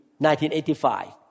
1985